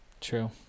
True